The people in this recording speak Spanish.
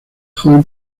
joven